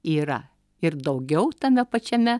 yra ir daugiau tame pačiame